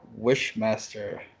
Wishmaster